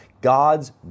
God's